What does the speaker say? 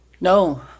No